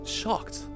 shocked